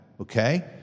okay